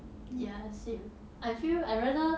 ya same I feel I rather